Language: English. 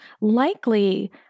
likely